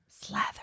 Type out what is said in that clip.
Slather